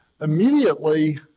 immediately